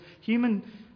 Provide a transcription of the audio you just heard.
Human